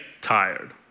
tired